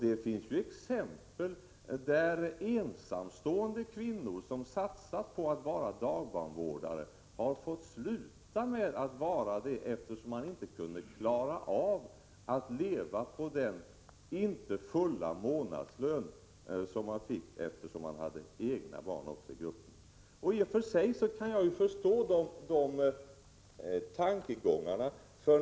Det finns exempel på ensamstående kvinnor som satsat på att vara dagbarnvårdare men som fått sluta med detta arbete, eftersom de inte kunnat klara av att leva på den inte fulla månadslön som de fick då de hade egna barn i barngruppen. I och för sig kan jag förstå tankegångarna.